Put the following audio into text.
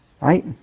Right